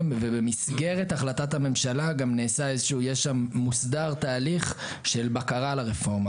ובמסגרת החלטת הממשלה גם מוסדר תהליך של בקרה על הרפורמה.